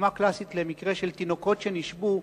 דוגמה קלאסית למקרה של תינוקות שנשבו